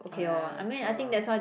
ah ya true lah